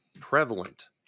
prevalent